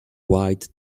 white